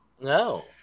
No